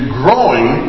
growing